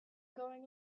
going